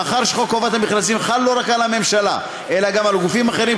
מאחר שחוק חובת המכרזים חל לא רק על הממשלה אלא גם על גופים אחרים,